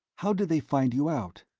how did they find you out?